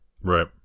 Right